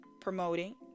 promoting